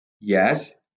Yes